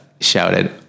shouted